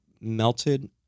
melted